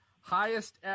highest